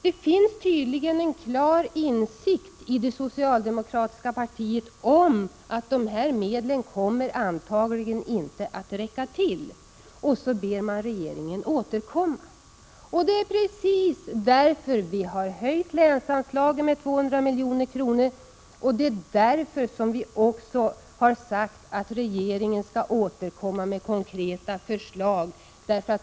Det finns tydligen en klar insikt i det socialdemokratiska partiet om att dessa medel antagligen inte kommer att räcka till, och därför ber man regeringen att återkomma i frågan. Det är precis därför som vi har föreslagit höjning av länsanslaget med 200 milj.kr. och som vi har sagt att regeringen skall återkomma med konkreta förslag.